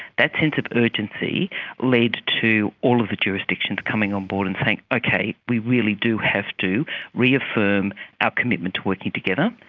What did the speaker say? that sense of urgency led to all of the jurisdictions coming on board and saying, okay, we really do have to reaffirm our commitment to working together,